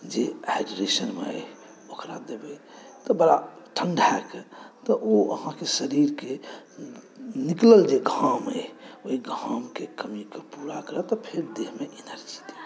जे हाइड्रेशन बनै ओकरा देबै तऽ बड़ा ठण्ढाए कऽ तऽ ओ अहाँके शरीरके निकलल जे घाम अइ ओहि घामके कमीकेँ पूरा करत आ फेर देहमे एनर्जी देत